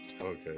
Okay